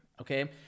Okay